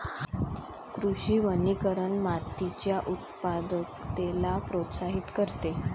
कृषी वनीकरण मातीच्या उत्पादकतेला प्रोत्साहित करते